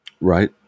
Right